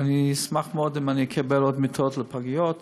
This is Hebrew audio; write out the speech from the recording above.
ואני אשמח מאוד אם אקבל עוד מיטות לפגיות.